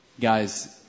guys